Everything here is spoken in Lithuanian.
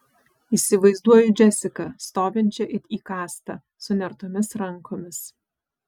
įsivaizduoju džesiką stovinčią it įkastą sunertomis rankomis